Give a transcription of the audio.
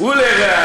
ואנחנו דוחים את